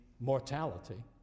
mortality